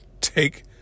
take